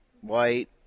White